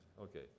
Okay